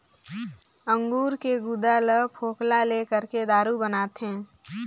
अंगूर के गुदा ल फोकला ले करके दारू बनाथे